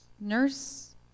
nurse